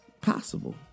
possible